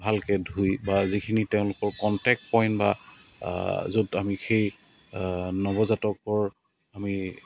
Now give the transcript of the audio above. ভালকৈ ধুই বা যিখিনি তেওঁলোকৰ কণ্টেক্ট পইণ্ট বা য'ত আমি সেই নৱজাতকৰ আমি